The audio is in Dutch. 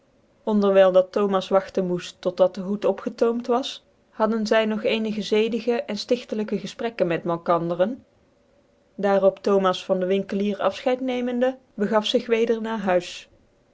ondcrwylcn dat thoma wagtcn moeft tot dat de hoed opge toomt was hadden zy nog ccnigc zeedigc cn ftigtclijkc geiprekken met mé kandcren t daar op thomas vandcwinkclicr afichcit nemende begaf zig weder na huis